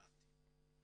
הבנתי.